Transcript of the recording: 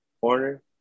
corner